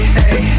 hey